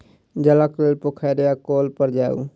जलक लेल पोखैर या कौल पर जाऊ